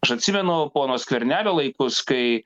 aš atsimenu pono skvernelio laikus kai